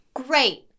great